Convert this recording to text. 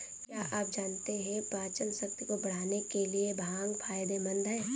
क्या आप जानते है पाचनशक्ति को बढ़ाने के लिए भांग फायदेमंद है?